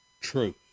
truth